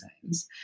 science